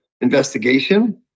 investigation